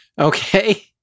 Okay